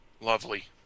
Lovely